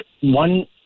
one